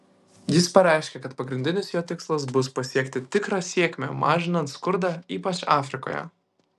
jis pareiškė kad pagrindinis jo tikslas bus pasiekti tikrą sėkmę mažinant skurdą ypač afrikoje